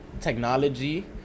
technology